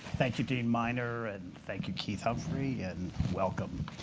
thank you dean minor, and thank you, keith humphrey, and welcome.